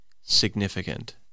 significant